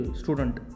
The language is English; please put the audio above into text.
student